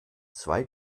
zwei